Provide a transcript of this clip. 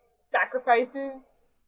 sacrifices